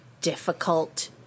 difficult